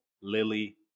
Lily